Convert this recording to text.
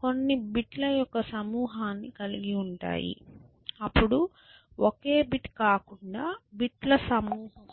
కొన్ని బిట్ ల యొక్క సమూహాన్ని కలిగి ఉంటాయి అప్పుడు ఒకే బిట్ కాకుండా బిట్ ల సమూహం